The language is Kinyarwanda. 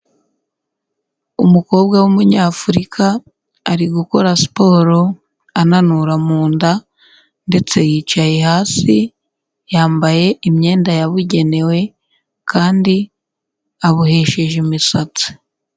Umukobwa w'umunyafurika, ari gukora siporo, ananura mu nda ndetse yicaye hasi yambaye imyenda yabugenewe kandi abohesheje imisatsi.